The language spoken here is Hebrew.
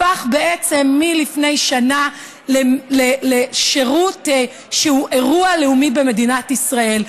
הפך בעצם לפני שנה לשירות שהוא אירוע לאומי במדינת ישראל.